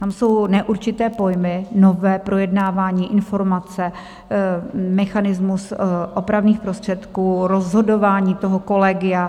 Tam jsou neurčité pojmy, nové projednávání informace, mechanismus opravných prostředků, rozhodování kolegia.